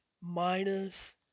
minus